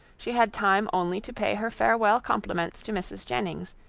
she had time only to pay her farewell compliments to mrs. jennings,